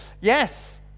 Yes